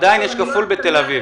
ועדיין יש כפול בתל אביב.